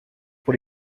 pour